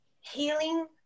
healing